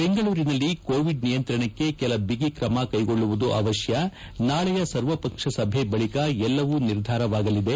ಬೆಂಗಳೂರಿನಲ್ಲಿ ಕೋವಿಡ್ ನಿಯಂತ್ರಣಕ್ಕೆ ಕೆಲ ಬಿಗಿ ತ್ರಮ ಕೈಗೊಳ್ಳುವುದು ಅವಶ್ಯ ನಾಳೆಯ ಸರ್ವಪಕ್ಷ ಸಭೆ ಬಳಿಕ ಎಲ್ಲವೂ ನಿರ್ಧಾರವಾಗಲಿದೆ